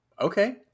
Okay